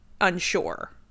unsure